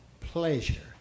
pleasure